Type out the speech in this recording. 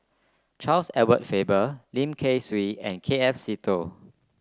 Charles Edward Faber Lim Kay Siu and K F Seetoh